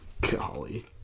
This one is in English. Golly